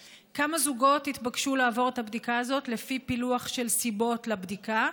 4. כמה זוגות התבקשו לעבור את הבדיקה הזאת לפי פילוח של סיבות לבדיקה?